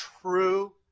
true